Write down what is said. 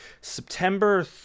September –